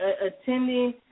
attending